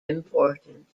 important